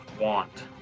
Want